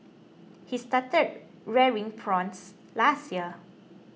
he started rearing prawns last year